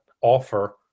offer